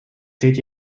steht